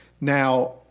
Now